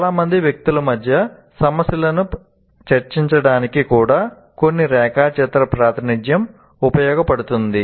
చాలా మంది వ్యక్తుల మధ్య సమస్యలను చర్చించడానికి కూడా కొన్ని రేఖాచిత్ర ప్రాతినిధ్యం ఉపయోగించబడుతుంది